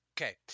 okay